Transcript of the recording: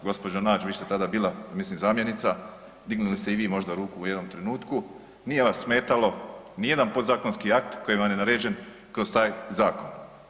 Gđo Nađ, vi ste tada bila, ja mislim zamjenica, dignuli ste i vi možda ruku u jednom trenutku, nije vas smetalo nijedan podzakonski akt koji vam je naređen kroz taj zakon.